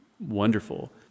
wonderful